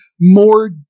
more